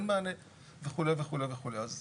אין